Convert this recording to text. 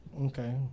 Okay